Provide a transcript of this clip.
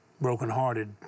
brokenhearted